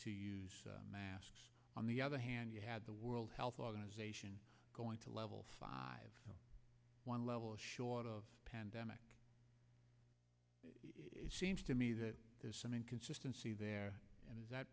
to use masks on the other hand you had the world health organization going to level five one level short of pandemic it seems to me that there's some inconsistency there and i